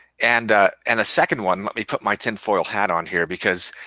and and a second one let me put my tinfoil hat on here because